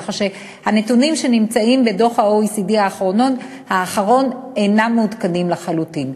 כך שהנתונים שנמצאים בדוח ה-OECD האחרון אינם מעודכנים לחלוטין.